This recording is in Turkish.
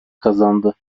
kazandı